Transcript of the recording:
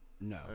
no